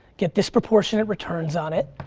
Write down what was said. get disproportionate returns on it.